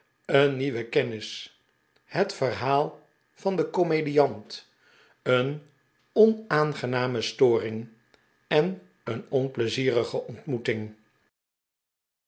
een nieuwe kennls het verhaal van den komedlant een onaangename storing en een onplezierlge ontmoeting